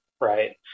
right